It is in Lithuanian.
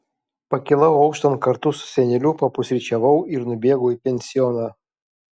pakilau auštant kartu su seneliu papusryčiavau ir nubėgau į pensioną